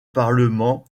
parlement